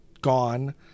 gone